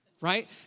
right